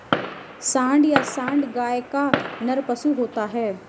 सांड या साँड़ गाय का नर पशु होता है